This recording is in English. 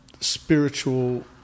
spiritual